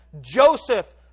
Joseph